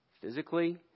physically